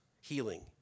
healing